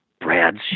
brad's